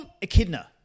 echidna